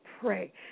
pray